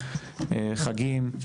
חגים,